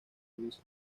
luisa